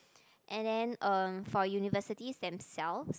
and then uh for universities themselves